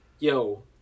Yo